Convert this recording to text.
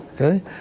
okay